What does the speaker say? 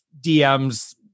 DMs